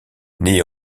née